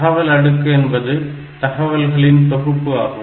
தகவல் அடுக்கு என்பது தகவல்களின் தொகுப்பு ஆகும்